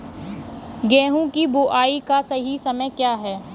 गेहूँ की बुआई का सही समय क्या है?